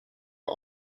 are